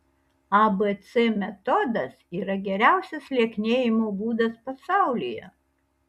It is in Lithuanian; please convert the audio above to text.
abc metodas yra geriausias lieknėjimo būdas pasaulyje